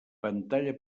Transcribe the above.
pantalla